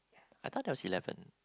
I thought that was eleven